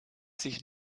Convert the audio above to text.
sich